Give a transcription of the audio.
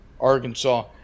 Arkansas